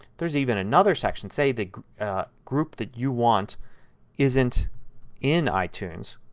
there is even another section say the group that you want isn't in itunes.